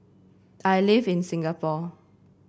I live in Singapore